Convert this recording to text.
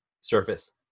surface